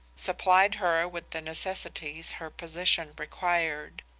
supplied her with the necessities her position required.